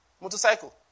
Motorcycle